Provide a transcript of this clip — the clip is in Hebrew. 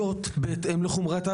בהקדם.